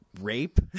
rape